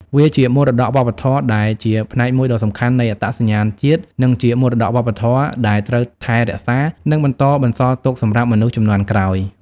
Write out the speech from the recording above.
វាជាមរតកវប្បធម៌ដែលជាផ្នែកមួយដ៏សំខាន់នៃអត្តសញ្ញាណជាតិ និងជាមរតកវប្បធម៌ដែលត្រូវថែរក្សា និងបន្តបន្សល់ទុកសម្រាប់មនុស្សជំនាន់ក្រោយ។